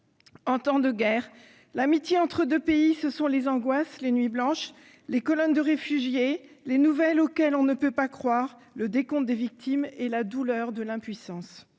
En temps de guerre, l'amitié entre deux pays, ce sont les angoisses, les nuits blanches, les colonnes de réfugiés, les nouvelles auxquelles on ne peut pas croire, le décompte des victimes et la douleur de l'impuissance.